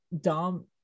dom